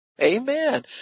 Amen